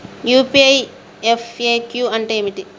UPI FAQ అంటే ఏమిటి?